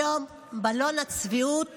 היום בלון הצביעות